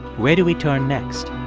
where do we turn next?